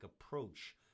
approach